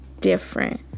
different